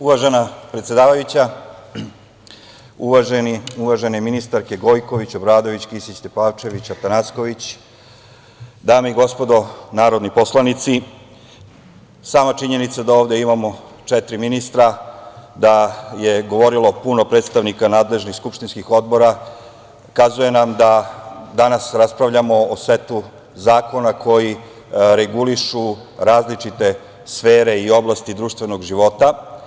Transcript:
Uvažena predsedavajuća, uvažene ministarke Gojković, Obradović, Kisić Tepavčević, Atanasković, dame i gospodo narodni poslanici, sama činjenica da ovde imamo četiri ministra, da je govorilo puno predstavnika nadležnih skupštinskih odbora ukazuje nam da danas raspravljamo o setu zakona koji regulišu različite sfere i oblasti društvenog života.